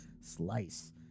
Slice